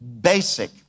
basic